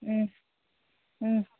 ꯎꯝ ꯎꯝ